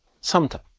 sometime